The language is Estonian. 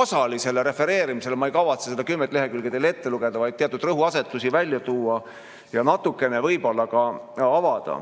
osalisele refereerimisele. Ma ei kavatse seda kümmet lehekülge teile ette lugeda, vaid teatud rõhuasetusi välja tuua ja natukene võib-olla ka avada.